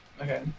Okay